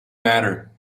matter